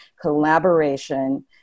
collaboration